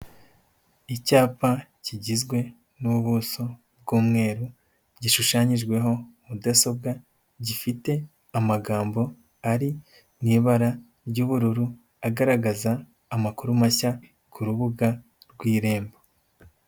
Icyapa kigizwe n'ubuso bw'umweru, gishushanyijweho mudasobwa, gifite amagambo ari mu ibara ry'ubururu agaragaza amakuru mashya ku rubuga rw'Irembo.